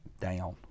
down